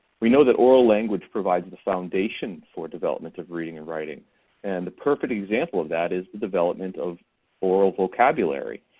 we know that oral language provides the foundation for development of reading and writing and the perfect example of that is the development of oral vocabulary.